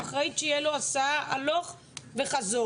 ואחראית שיהיה לו הסעה הלוך וחזור.